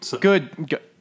Good